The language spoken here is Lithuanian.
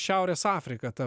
šiaurės afrika ta